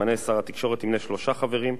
שימנה שר התקשורת תמנה שלושה חברים,